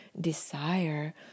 desire